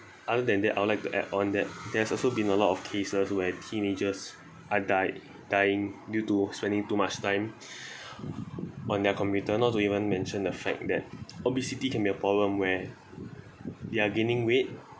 other than that I would like to add on that there's also been a lot of cases where teenagers are died dying due to spending too much time on their computer not to even mention the fact that obesity can be a problem where they are gaining weight